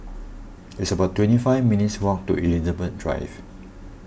it's about twenty five minutes' walk to Elizabeth Drive